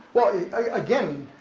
well again,